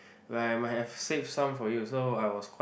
where I might have saved some for you so I was quite